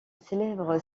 célèbre